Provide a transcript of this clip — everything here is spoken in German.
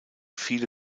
viele